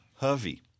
Hervey